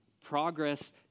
Progress